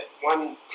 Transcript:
one